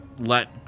Let